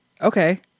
Okay